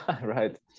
Right